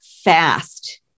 fast